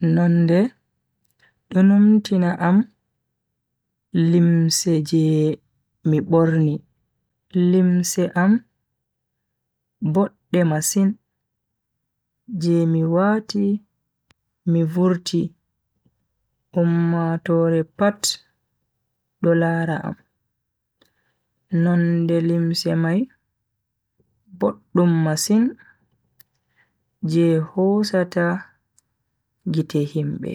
Nonde do numtina am limse je mi borni. limse am bodde masin je mi wati mi vurti ummatoore pat do lara am. nonde limse mai boddum masin je hosata gite himbe